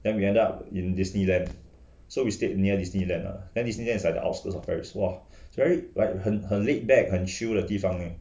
then we end up in disneyland so we stayed near disneyland lah and disneyland is like the outskirts of of paris !whoa! very like 很很 layback 很 chill 的地方